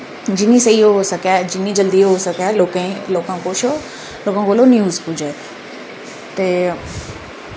जिन्नी स्हेई हो सकै जिन्नी जल्दी होई सकै लोकें लोकें कच्छ लोकें कोल ओ न्यूस पुज्जै ते